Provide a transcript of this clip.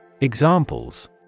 Examples